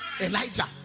Elijah